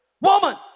Woman